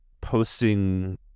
posting